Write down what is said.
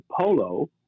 Polo